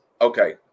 Okay